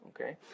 Okay